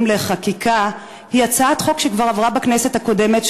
לחקיקה היא הצעת חוק שכבר עברה בכנסת הקודמת,